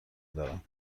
دارم